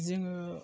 जोङो